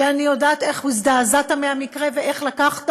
אני יודעת איך הזדעזעת מהמקרה ואיך לקחת